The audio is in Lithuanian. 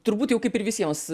turbūt jau kaip ir visiems